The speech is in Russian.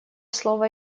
слово